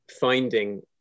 finding